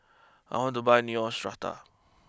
I want to buy Neostrata